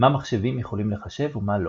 ומה לא?